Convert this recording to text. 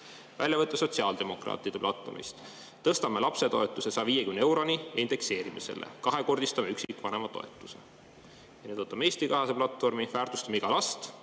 Väljavõte sotsiaaldemokraatide platvormist: "Tõstame lapsetoetuse 150 euroni ja indekseerime selle. Kahekordistame üksikvanema toetuse." Ja nüüd võtame Eesti 200 platvormi: "Väärtustame iga last!